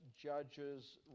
judges